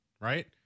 right